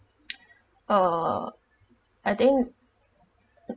uh I think